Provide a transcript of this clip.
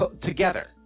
together